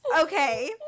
Okay